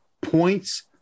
points